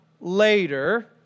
later